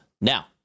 Now